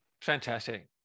fantastic